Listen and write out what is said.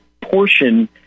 portion